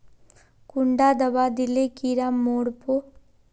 कुंडा दाबा दिले कीड़ा मोर बे?